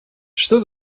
что